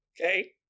okay